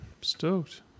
Stoked